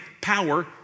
power